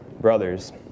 Brothers